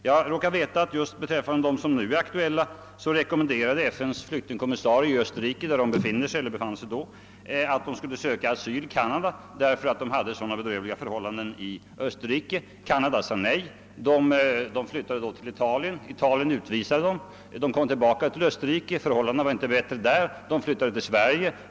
Jag råkar veta att beträffande dem som nu är aktuella rekommenderade FN:s flyktingkommissarie i Österrike, där de befann sig, att de skulle söka asyl i Kanada, därför att de levde under så bedrövliga förhållanden i Österrike. Kanada sade nej. De flyttade då till Italien. Italien utvisade dem. De kom tillbaka till Österrike. Förhållanden där blev inte bättre. De flyttade till Sverige.